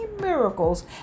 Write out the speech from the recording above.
miracles